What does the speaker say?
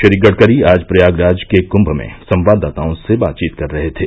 श्री गड़करी आज प्रयागराज के कुंन में संवाददाताओं से बातचीत कर रहे थे